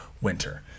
winter